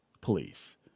police